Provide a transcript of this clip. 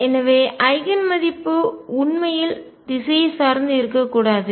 எனவே ஐகன் மதிப்பு உண்மையில் திசையை சார்ந்து இருக்கக்கூடாது